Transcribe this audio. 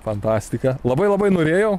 fantastika labai labai norėjau